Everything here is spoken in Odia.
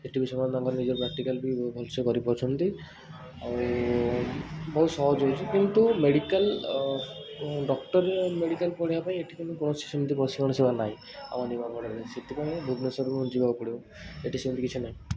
ସେଇଠି ବି ସେମାନେ ତାଙ୍କର ନିଜର ପ୍ରାକ୍ଟିକାଲ୍ ବି ଭଲ ସେ କରିପାରୁଛନ୍ତି ଆଉ ବହୁତ ସହଜ ହେଉଛି କିନ୍ତୁ ମେଡ଼ିକାଲ ଡକ୍ଟର ମେଡ଼ିକାଲ ପଢ଼ିବାପାଇଁ ଏଠି କିନ୍ତୁ କୌଣସି ପର୍ଶନାଲ ସେବା ନାହିଁ ଆମ ନିମାପଡ଼ାରେ ସେଥିପାଇଁ ଭୁବନେଶ୍ୱର ଯିବାକୁ ପଡ଼ିବ ଏଠି ସେମିତି କିଛି ନାହିଁ